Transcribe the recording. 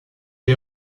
est